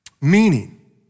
meaning